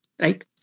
right